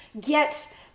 get